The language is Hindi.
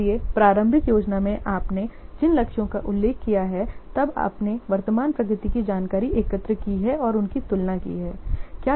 इसलिए प्रारंभिक योजना में आपने जिन लक्ष्यों का उल्लेख किया है तब आपने वर्तमान प्रगति की जानकारी एकत्र की है और उनकी तुलना की है